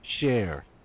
share